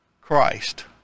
Christ